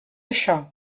això